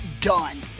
done